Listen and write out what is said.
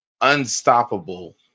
unstoppable